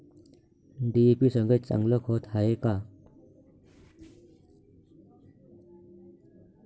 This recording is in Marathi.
डी.ए.पी सगळ्यात चांगलं खत हाये का?